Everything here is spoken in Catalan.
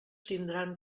tindran